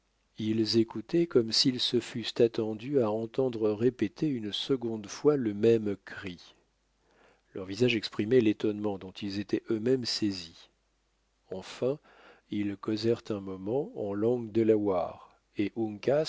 ils écoutaient comme s'ils se fussent attendus à entendre répéter une seconde fois le même cri leur visage exprimait l'étonnement dont ils étaient eux-mêmes saisis enfin ils causèrent un moment en langue delaware et